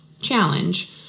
challenge